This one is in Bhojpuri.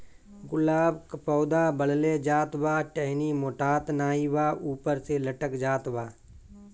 गुलाब क पौधा बढ़ले जात बा टहनी मोटात नाहीं बा ऊपर से लटक जात बा?